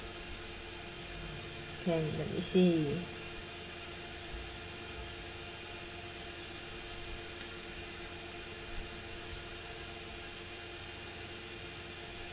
okay let me see